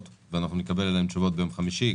ואנחנו נקבל עליהן תשובות ביום חמישי,